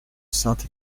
sainte